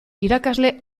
irakasle